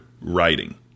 writing